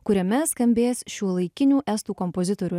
kuriame skambės šiuolaikinių estų kompozitorių